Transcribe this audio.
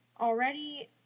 already